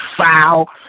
foul